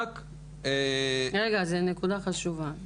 זו נקודה חשובה.